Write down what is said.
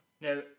now